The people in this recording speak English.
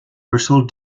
russell